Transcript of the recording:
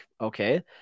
Okay